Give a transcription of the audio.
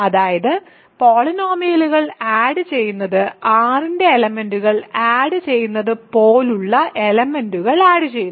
അതായത് പോളിനോമിയലുകൾ ആഡ് ചെയ്യുന്നത് R ന്റെ എലെമെന്റുകൾ ആഡ് ചെയ്യുന്നതുപോലുള്ള എലെമെന്റുകൾ ആഡ് ചെയ്യുന്നു